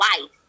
life